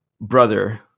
brother